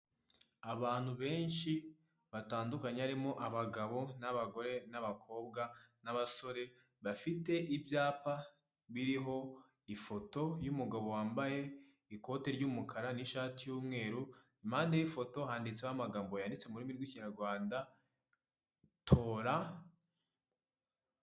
Uyu rero ubona ni mu isoko runaka ndetse'narimo ibirayi abaribeeza bambaye imyenda ibaranga ubona ko bakoramo aho ngaho ushobora kugenda ugatambuka kabuyo ibyo kunywa wabishima ukabitwara rwose ukabyishyura.